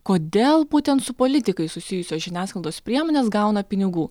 kodėl būtent su politikais susijusios žiniasklaidos priemonės gauna pinigų